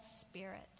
Spirit